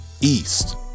east